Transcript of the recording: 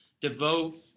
devote